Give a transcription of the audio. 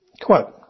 quote